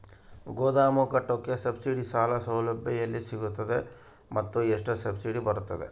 ಗೋದಾಮು ಕಟ್ಟೋಕೆ ಸಬ್ಸಿಡಿ ಸಾಲ ಸೌಲಭ್ಯ ಎಲ್ಲಿ ಸಿಗುತ್ತವೆ ಮತ್ತು ಎಷ್ಟು ಸಬ್ಸಿಡಿ ಬರುತ್ತೆ?